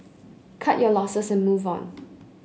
cut your losses and move on